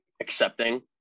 accepting